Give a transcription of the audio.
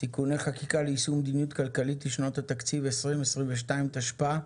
תיקוני חקיקה ליישום מדיניות כלכלית לשנת התקציב 2022 תשפ"א,